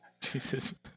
Jesus